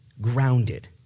grounded